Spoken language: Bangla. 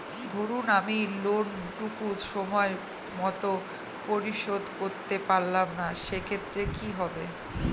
ধরুন আমি লোন টুকু সময় মত পরিশোধ করতে পারলাম না সেক্ষেত্রে কি হবে?